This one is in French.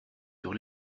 sur